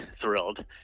thrilled